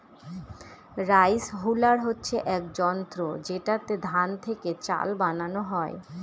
rice huller হচ্ছে এক যন্ত্র যেটাতে ধান থেকে চাল বানানো হয়